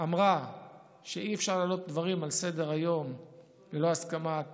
אמרה שאי-אפשר להעלות דברים על סדר-היום ללא הסכמת